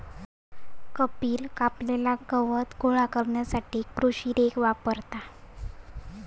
कपिल कापलेला गवत गोळा करण्यासाठी कृषी रेक वापरता